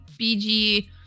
bg